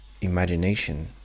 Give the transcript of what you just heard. imagination